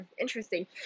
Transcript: interesting